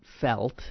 felt